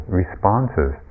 responses